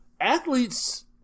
athletes